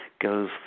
goes